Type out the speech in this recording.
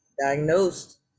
diagnosed